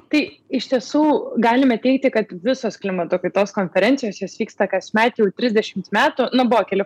tai iš tiesų galime teigti kad visos klimato kaitos konferencijos jos vyksta kasmet jau trisdešimt metų nu buvo keli